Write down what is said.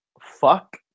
fuck